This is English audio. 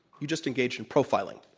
you just engaged in profiling.